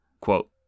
Quote